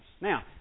Now